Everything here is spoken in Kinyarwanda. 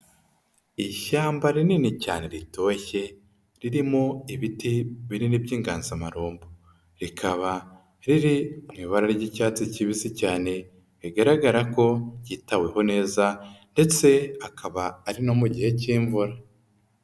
Ishyamba rinini cyane ritoshye, ririmo ibiti binini by'inganzamarumbo, rikaba riri mu ibara ry'icyatsi kibisi cyane rigaragara ko ryitaweho neza ndetse akaba ari no mu gihe k'imvura.